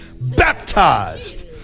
baptized